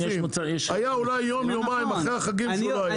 היה אולי יום-יומיים אחרי החגים שהוא לא היה.